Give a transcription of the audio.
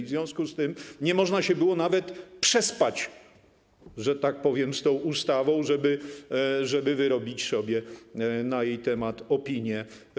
W związku z tym nie można się było nawet przespać, że tak powiem, z tą ustawą, żeby wyrobić sobie na jej temat opinię.